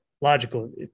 logical